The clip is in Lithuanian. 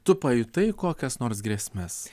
tu pajutai kokias nors grėsmes